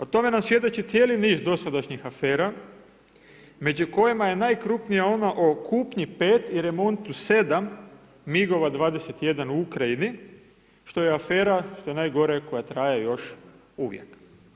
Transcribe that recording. O tome nam svjedoči cijeli niz dosadašnjih afera među kojima je najkrupnija ona o kupnji 5 i remontu 7 migova 21 u Ukrajini što je afera, što je najgore koja traje još uvijek.